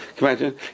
imagine